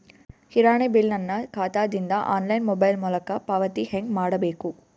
ಕಿರಾಣಿ ಬಿಲ್ ನನ್ನ ಖಾತಾ ದಿಂದ ಆನ್ಲೈನ್ ಮೊಬೈಲ್ ಮೊಲಕ ಪಾವತಿ ಹೆಂಗ್ ಮಾಡಬೇಕು?